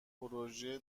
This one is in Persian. پروژه